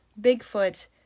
Bigfoot